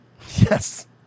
yes